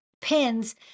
pins